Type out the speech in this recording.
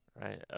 Right